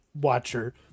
watcher